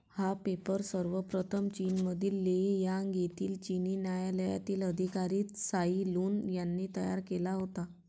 हा पेपर सर्वप्रथम चीनमधील लेई यांग येथील चिनी न्यायालयातील अधिकारी त्साई लुन यांनी तयार केला होता